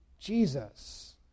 Jesus